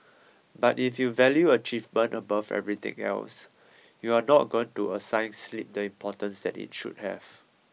but if you value achievement above everything else you're not going to assign sleep the importance that it should have